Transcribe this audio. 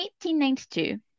1892